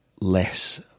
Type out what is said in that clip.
less